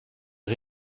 der